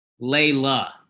Layla